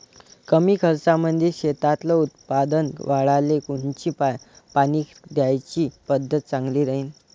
कमी खर्चामंदी शेतातलं उत्पादन वाढाले कोनची पानी द्याची पद्धत चांगली राहीन?